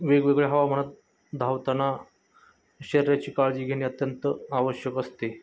वेगवेगळ्या हवामानात धावताना शरीराची काळजी घेणे अत्यंत आवश्यक असते